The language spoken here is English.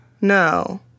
No